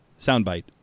soundbite